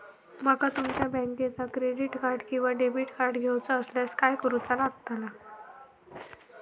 माका तुमच्या बँकेचा क्रेडिट कार्ड किंवा डेबिट कार्ड घेऊचा असल्यास काय करूचा लागताला?